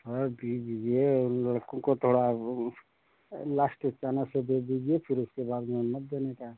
ह दे दीजिए उ लड़कों को थोड़ा उ लास्टे चानस दे दीजिए फ़िर उसके बाद में मत देना क्या